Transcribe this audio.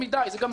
גם זה יתוקן.